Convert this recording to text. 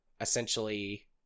essentially